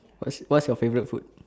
what's what's your favourite food